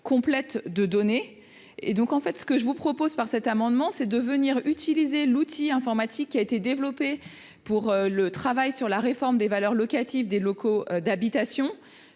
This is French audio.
complète de données et donc en fait ce que je vous propose par cet amendement, c'est devenir utiliser l'outil informatique qui a été développé pour le travail sur la réforme des valeurs locatives des locaux d'habitation,